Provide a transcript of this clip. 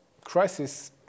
crisis